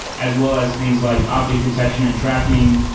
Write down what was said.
as well as things like object detection and tracking,